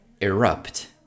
erupt